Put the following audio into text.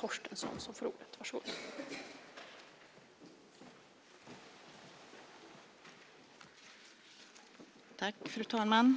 Fru talman!